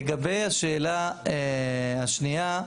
לגבי השאלה השנייה,